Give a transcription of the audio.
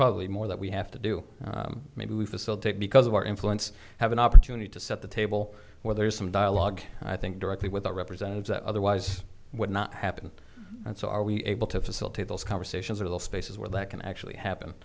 probably more that we have to do maybe we facilitate because of our influence have an opportunity to set the table where there is some dialogue i think directly with representatives that otherwise would not happen and so are we able to facilitate those conversations or the spaces where that can actually happen